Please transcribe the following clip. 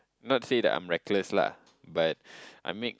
not say that I'm reckless lah but I make